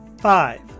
five